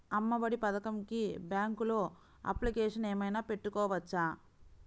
అమ్మ ఒడి పథకంకి బ్యాంకులో అప్లికేషన్ ఏమైనా పెట్టుకోవచ్చా?